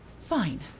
Fine